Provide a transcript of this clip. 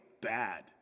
bad